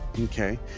Okay